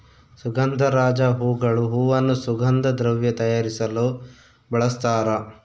ಸುಗಂಧರಾಜ ಹೂಗಳು ಹೂವನ್ನು ಸುಗಂಧ ದ್ರವ್ಯ ತಯಾರಿಸಲು ಬಳಸ್ತಾರ